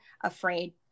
afraid